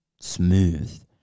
smooth